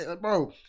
bro